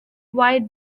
white